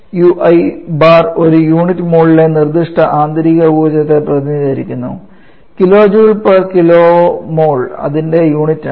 ui bar ഒരു unit മോളിലെ നിർദ്ദിഷ്ട ആന്തരിക ഊർജ്ജത്തെ പ്രതിനിധീകരിക്കുന്നു kJ kmol അതിൻറെ യൂണിറ്റാണ്